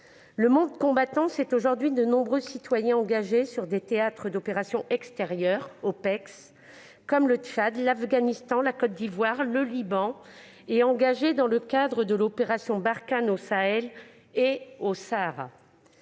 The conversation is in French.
Le monde combattant regroupe aujourd'hui de nombreux citoyens engagés sur des théâtres d'opérations extérieures, comme le Tchad, l'Afghanistan, la Côte d'Ivoire, le Liban, et dans le cadre de l'opération Barkhane au Sahel et au Sahara.